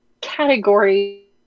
category